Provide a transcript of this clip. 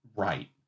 right